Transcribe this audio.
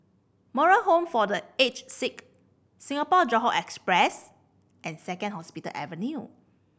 Moral Home for The Aged Sick Singapore Johore Express and Second Hospital Avenue